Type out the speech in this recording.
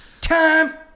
Time